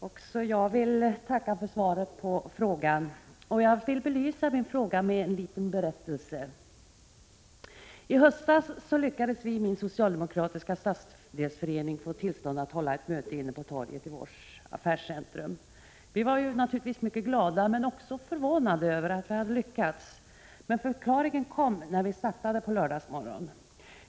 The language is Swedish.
Herr talman! Även jag tackar för svaret på frågan. Jag vill belysa min fråga med en liten berättelse. I höstas lyckades vi i min socialdemokratiska stadsdelsförening få tillstånd att hålla ett möte på torget i vårt affärscentrum. Vi var naturligtvis mycket glada men också mycket förvånade över att det hade lyckats. Förklaringen kom när vi startade på lördagsmorgonen.